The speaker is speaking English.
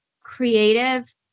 creative